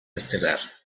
estelar